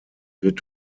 wird